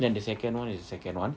then the second [one] is second [one]